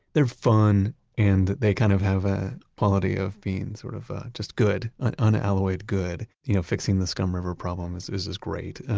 they're fun and they kind of have a quality of being sort of just good, an unalloyed good. you know, fixing the scum river problem, this is is great.